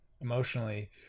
emotionally